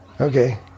Okay